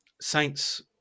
Saints